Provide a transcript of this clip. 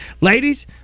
Ladies